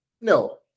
No